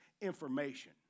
information